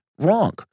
Wrong